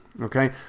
Okay